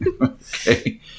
Okay